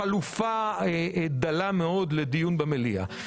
חלופה דלה מאוד לדיון במליאה.